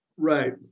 Right